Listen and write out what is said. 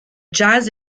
jazz